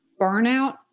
burnout